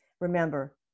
Remember